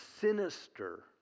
sinister